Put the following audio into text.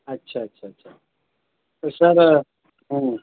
اچھا اچھا اچھا تو سر ہوں